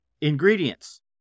ingredients